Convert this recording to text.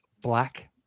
black